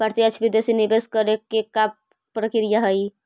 प्रत्यक्ष विदेशी निवेश करे के का प्रक्रिया हइ?